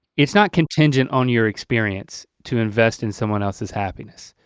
it's not contingent on your experience to invest in someone else's happiness.